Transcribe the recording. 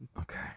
Okay